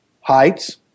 heights